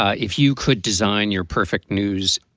ah if you could design your perfect news,